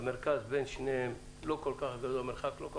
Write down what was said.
המרחק בין שניהם לא כל כך גדול,